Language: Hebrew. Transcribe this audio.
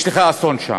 יש לך אסון שם.